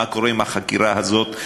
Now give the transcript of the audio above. מה קורה עם החקירה הזאת,